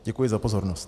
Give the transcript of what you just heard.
Děkuji za pozornost.